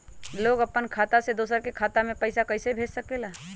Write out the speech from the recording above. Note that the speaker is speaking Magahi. लोग अपन खाता से दोसर के खाता में पैसा कइसे भेज सकेला?